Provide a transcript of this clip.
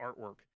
artwork